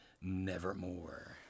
nevermore